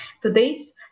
Today's